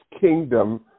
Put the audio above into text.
kingdom